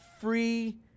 free